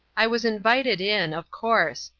i was invited in, of course,